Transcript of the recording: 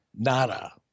Nada